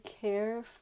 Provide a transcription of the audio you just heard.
care